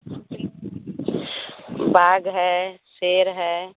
बाघ है शेर है